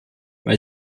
bei